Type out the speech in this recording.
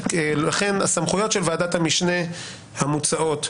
לכן הסמכויות של ועדת המשנה המוצעות,